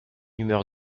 humeur